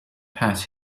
pat